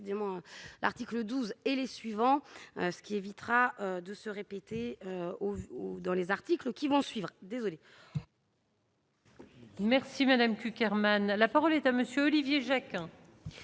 l'article 12 et les suivants, ce qui évitera de se répéter, ou dans les articles qui vont suivre, désolé. Merci madame Cukierman, la parole est à monsieur Olivier Jacque.